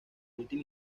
última